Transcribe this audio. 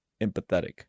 empathetic